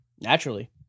Naturally